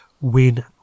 win